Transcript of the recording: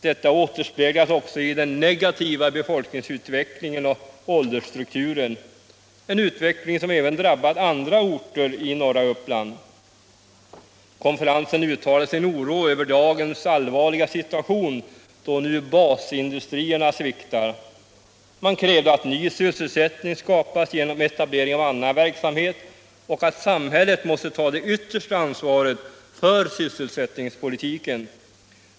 Detta återspeglas också i den negativa befolkningsutvecklingen och åldersstrukturen, en utveckling som även drabbat andra orter i norra Uppland. Konferensen uttalade sin oro för dagens allvarliga situation, då nu basindustrierna sviktar. Man krävde att ny sysselsättning skapas genom etablering av annan verksamhet och att samhället måste ta det yttersta ansvaret för sysselsättningspolitiken.